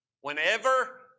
whenever